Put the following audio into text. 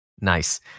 Nice